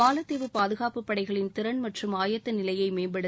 மாலத்தீவு பாதுகாப்புப் படைகளின் திறன் மற்றும் ஆயத்த நிலையை மேம்படுத்த